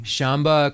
Shamba